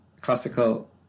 classical